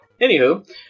anywho